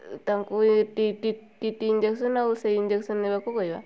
ତାଙ୍କୁ T T T T injection ଆଉ ସେଇ ଇଞ୍ଜେକ୍ସନ୍ ନେବାକୁ କହିବା